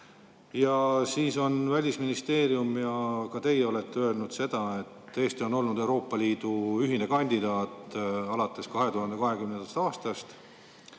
aastal. Välisministeerium ja ka teie olete öelnud seda, et Eesti on olnud Euroopa Liidu ühine kandidaat alates 2020. aastast.